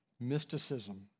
mysticism